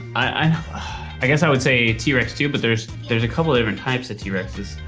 i i guess i would say t-rex, too. but there's there's a couple of different types of t-rex,